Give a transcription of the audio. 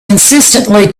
insistently